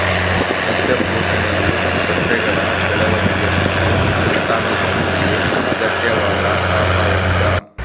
ಸಸ್ಯ ಪೋಷಣೆಯು ಸಸ್ಯಗಳ ಬೆಳವಣಿಗೆ ಮತ್ತು ಸಂತಾನೋತ್ಪತ್ತಿಗೆ ಅಗತ್ಯವಾದ ರಾಸಾಯನಿಕ